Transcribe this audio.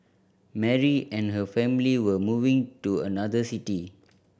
Mary and her family were moving to another city